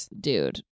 dude